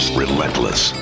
relentless